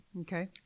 Okay